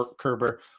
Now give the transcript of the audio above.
Kerber